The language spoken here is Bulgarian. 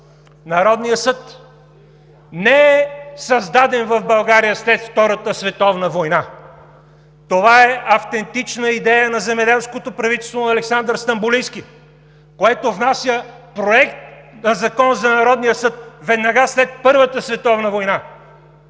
Народният съд не е създаден в България след Втората световна война, това е автентична идея на земеделското правителство на Александър Стамболийски, което внася Проект на закон за Народния съд веднага след Първата световна война.